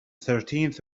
thirteenth